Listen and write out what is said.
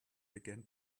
began